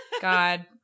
god